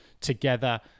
together